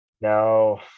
No